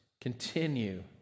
continue